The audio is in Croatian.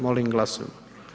Molim glasujmo.